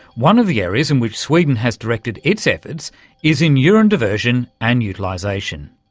one of the areas in which sweden has directed its efforts is in urine diversion and utilisation.